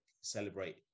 celebrate